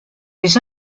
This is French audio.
des